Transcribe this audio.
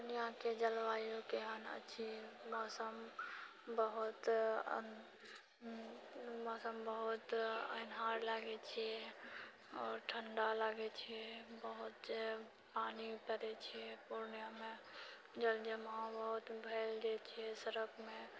पूर्णियाँके जलवायु केहन अछि मौसम बहुत अन मौसम बहुत अन्हार लागै छिऐ आओर ठण्डा लागै छिऐ बहुत जे पानि पड़ै छिऐ पूर्णियाँमे जल जमाव बहुत भेल जाइ छिऐ सड़कमे